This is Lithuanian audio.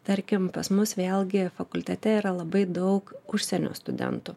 tarkim pas mus vėlgi fakultete yra labai daug užsienio studentų